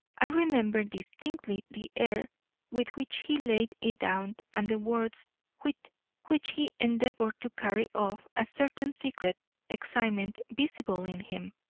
i remember distinctly the air with which he laid it down and the words with which he endeavoured to carry off a certain secret excitement visible in him.